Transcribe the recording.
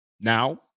now